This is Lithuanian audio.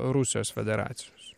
rusijos federacijos